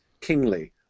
kingly